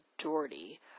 majority